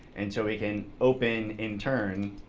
and so we can open, in turn,